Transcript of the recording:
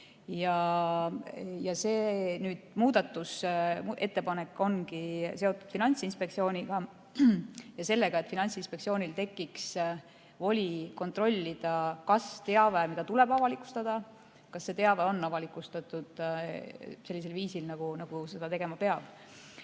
mitte. See muudatusettepanek ongi seotud Finantsinspektsiooniga ja sellega, et Finantsinspektsioonil tekiks voli kontrollida, kas teave, mida tuleb avalikustada, on avalikustatud sellisel viisil, nagu seda tegema peab. Ja